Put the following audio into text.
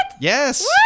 Yes